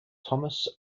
thomas